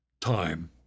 time